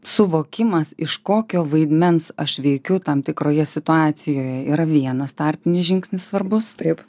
suvokimas iš kokio vaidmens aš veikiu tam tikroje situacijoje yra vienas tarpinis žingsnis svarbus taip